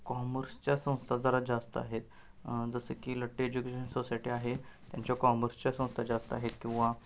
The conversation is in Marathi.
कॉमर्सच्या संस्था जरा जास्त आहेत जसं की लट्टे एज्युकेशन सोसायटी आहे त्यांच्या कॉमर्सच्या संस्था जास्त आहेत किंवा